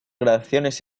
grabaciones